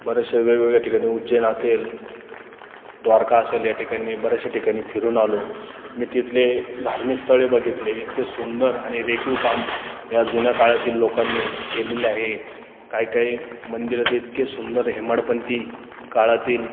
बरेचशे वेगवेगळ्या ठिकाणी उज्जैन असेल द्वारका असेल या ठिकाणी बऱ्याचश्या ठिकाणी फिरून आलो मी तिथले धार्मिक स्थळे बघितले इतके सुंदर आणि रेखीव काम या जुन्या काळातील लोकांनी केलेले आहे काही काही मंदिरात इतके सुंदर हेमाडपंती काळातील